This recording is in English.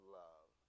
love